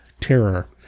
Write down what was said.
Terror